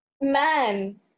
man